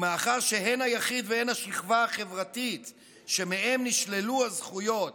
ומאחר שהן היחיד והן השכבה החברתית שמהם נשללו הזכויות